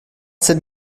sept